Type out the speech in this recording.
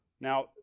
Now